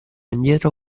indietro